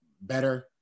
better